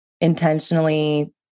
intentionally